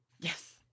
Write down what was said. Yes